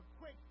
quick